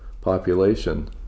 population